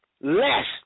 less